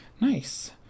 Nice